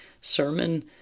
sermon